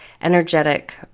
energetic